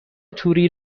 توری